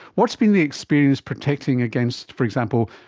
what has been the experience protecting against, for example,